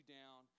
down